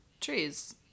trees